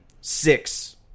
six